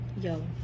Yo